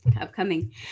Upcoming